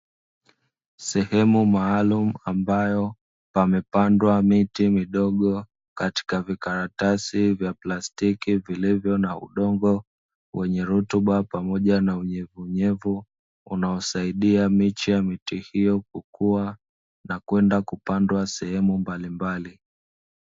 Sehemu maalumu ambayo pamepandwa miti midogo katika vikaratasi vya plastiki, vilivyo na udongo wenye rutuba pamoja na unyevunyevu unaosaidia Miche ya miti hiyo kukua na kwenda kupandwa sehemu mbalimbali.